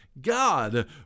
God